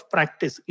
Practice